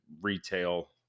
retail